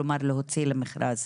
כלומר להוציא למכרז.